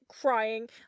crying